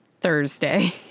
Thursday